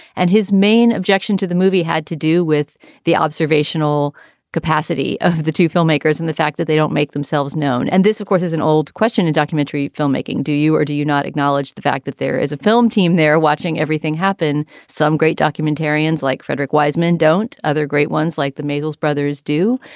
and his main objection to the movie had to do with the observational capacity of the two filmmakers and the fact that they don't make themselves known. and this, of course, is an old question and documentary filmmaking. do you or do you not acknowledge the fact that there is a film team there watching everything happen? some great documentarians like frederick wiseman don't other great ones like the measles brothers do.